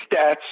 stats